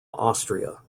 austria